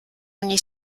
ogni